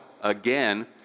again